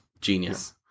Genius